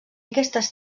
aquestes